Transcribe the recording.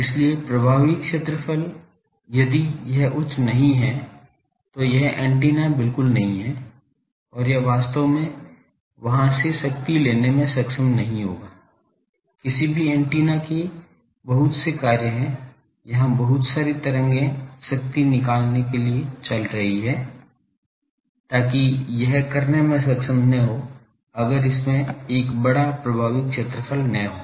इसलिए प्रभावी क्षेत्रफल यदि यह उच्च नहीं है तो यह एंटीना बिल्कुल नहीं है और यह वास्तव में वहां से शक्ति लेने में सक्षम नहीं होगा किसी भी एंटीना के बहुत से कार्य है यहां बहुत सारी तरंगे शक्ति निकलने के लिए चल रही हैं ताकि यह करने में सक्षम न हो अगर इसमें एक बड़ा प्रभावी क्षेत्रफल न हो